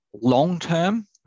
long-term